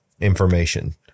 information